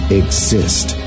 exist